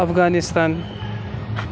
Afghanistan